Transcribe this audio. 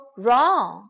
wrong